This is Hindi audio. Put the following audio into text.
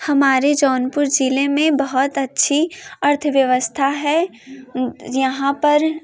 हमारे जौनपुर ज़िले में बहुत अच्छी अर्थव्यवस्था है यहाँ पर